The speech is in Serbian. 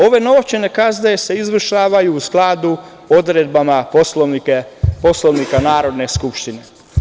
Ove novčane kazne se izvršavaju, u skladu sa odredbama Poslovnika Narodne skupštine.